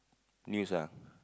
news ah